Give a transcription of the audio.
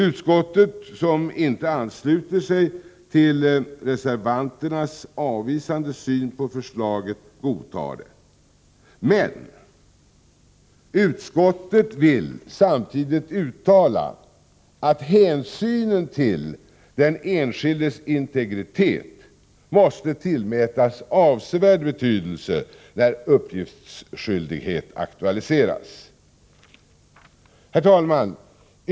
Utskottet som inte ansluter sig till reservanternas avvisande syn på förslaget godtar det, men utskottet vill samtidigt uttala att hänsynen till den enskildes integritet måste tillmätas avsevärd betydelse när uppgiftsskyldighet aktualiseras. Herr talman!